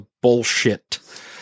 bullshit